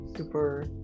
super